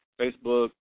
Facebook